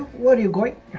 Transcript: worried great